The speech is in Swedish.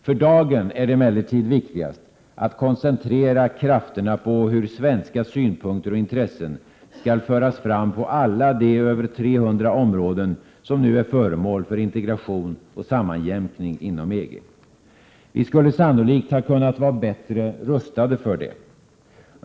För dagen är det emellertid viktigast att koncentrera krafterna på hur svenska synpunkter och intressen skall föras fram på alla de över 300 områden som nu är föremål för integration och sammanjämkning inom EG. Vi skulle sannolikt ha kunnat vara bättre rustade för det.